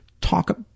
talk